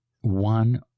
one